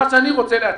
מה שאני רוצה להציע,